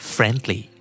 Friendly